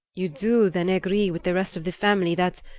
you do, then, agree with the rest of the family that,